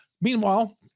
Meanwhile